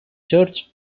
church